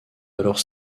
alors